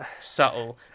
subtle